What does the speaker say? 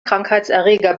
krankheitserreger